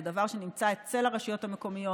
זה דבר שנמצא אצל הרשויות המקומיות.